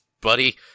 buddy